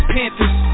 Panthers